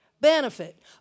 Benefit